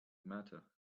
matter